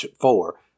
four